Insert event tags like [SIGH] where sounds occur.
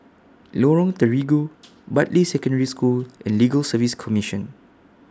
Lorong Terigu [NOISE] Bartley Secondary School and Legal Service Commission